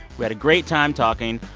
we had a great time talking,